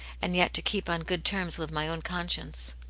and yet to keep on good terms with my own conscience.